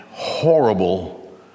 horrible